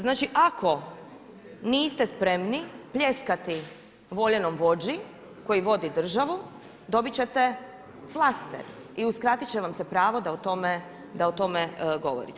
Znači, ako niste spremni pljeskati voljenom vođi koji vodi državu, dobit ćete flaster i uskratit će vam se pravo da o tome govorite.